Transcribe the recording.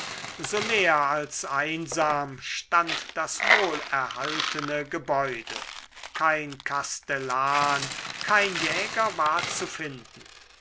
so leer als einsam stand das wohlerhaltene gebäude kein kastellan kein jäger war zu finden